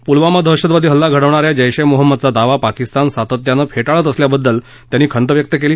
पुलवामा दहशतवादी हल्ला घडवणा या जैश ए मोहम्मदचा दावा पाकिस्तान सातत्यानं फेटाळत असल्याबद्दल त्यांनी खंत व्यक्त केली